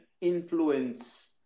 influence